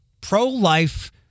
pro-life